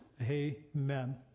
Amen